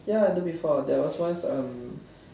ya I do before there was once um